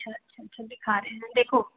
अच्छा अच्छा अच्छा दिखा रहे हैं देखो